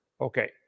Okay